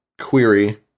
query